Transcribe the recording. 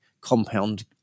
compound